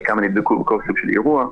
כמה נדבקו בעקבות אירועים.